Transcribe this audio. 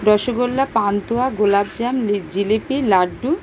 রসগোল্লা পান্তুয়া গোলাপ জাম লি জিলিপি লাড্ডু